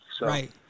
Right